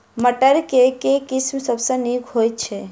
मटर केँ के किसिम सबसँ नीक होइ छै?